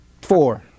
Four